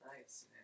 Nice